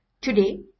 Today